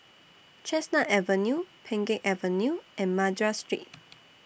Chestnut Avenue Pheng Geck Avenue and Madras Street